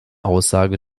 aussage